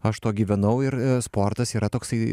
aš tuo gyvenau ir sportas yra toksai